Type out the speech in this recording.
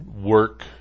work